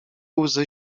łzy